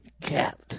cat